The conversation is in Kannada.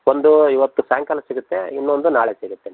ಒಂದು ಇವತ್ತು ಸಾಯಂಕಾಲ ಸಿಗುತ್ತೆ ಇನ್ನೊಂದು ನಾಳೆ ಸಿಗುತ್ತೆ